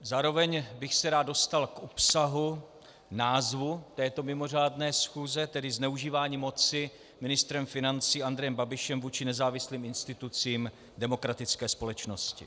Zároveň bych se rád dostal k obsahu názvu této mimořádné schůze, tedy zneužívání moci ministrem financí Andrejem Babišem vůči nezávislým institucím demokratické společnosti.